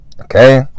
Okay